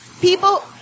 People